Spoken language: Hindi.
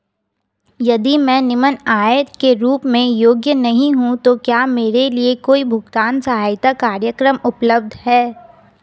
यदि मैं निम्न आय के रूप में योग्य नहीं हूँ तो क्या मेरे लिए कोई भुगतान सहायता कार्यक्रम उपलब्ध है?